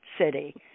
city